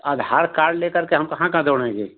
आधार card लेकर के हम कहाँ कहाँ दौड़ेंगे